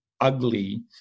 ugly